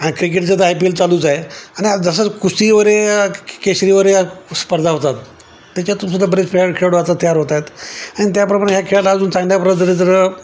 आणि क्रिकेटचं तर आय पी एल चालूच आहे आणि जसं कुस्ती वगैरे या केशरी वगैरे या स्पर्धा होतात त्याच्यातून सुद्धा बरेच प्र खेळाडू आता तयार होत आहेत आणि त्याप्रमाणे ह्या खेळाला अजून चांगल्याप्रकारे जर